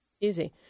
Easy